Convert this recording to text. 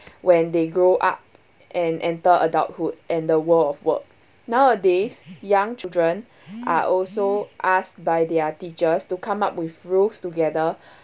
when they grow up and enter adulthood and the world of work nowadays young children are also asked by their teachers to come up with rules together